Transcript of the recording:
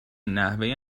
نحوه